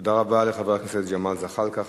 תודה רבה לחבר הכנסת ג'מאל זחאלקה.